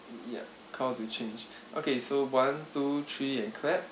ya call to change okay so one two three and clap